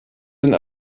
sind